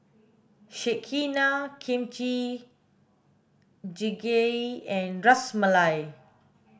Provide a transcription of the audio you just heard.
Sekihan Kimchi jjigae and Ras Malai